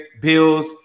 Bills